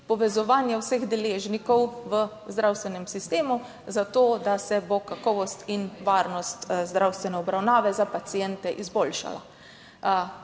povezovanja vseh deležnikov v zdravstvenem sistemu, za to, da se bo kakovost in varnost zdravstvene obravnave za paciente izboljšala,